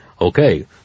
Okay